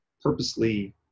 purposely